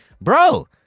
bro